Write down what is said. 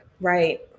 right